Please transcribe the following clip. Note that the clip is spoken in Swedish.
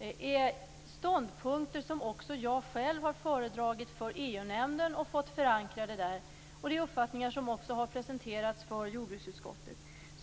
i dag ståndpunkter som jag själv också föredragit för EU-nämnden och fått förankrade där. Det är uppfattningar som också har presenterats för jordbruksutskottet.